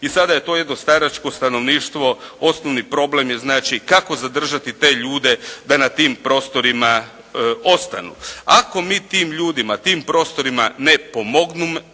I sada je to jedno staračko stanovništvo, osnovni problem je znači kako zadržati te ljude da na tim prostorima ostanu. Ako mi tim ljudima, tim prostorima ne pomognemo,